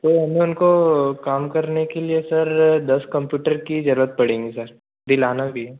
तो न उनको काम करने के लिए सर दस कम्प्यूटर की जरूरत पड़ेगी सर दिलाना भी है